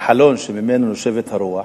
החלון שממנו נושבת הרוח,